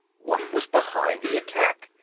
what was behind the attack?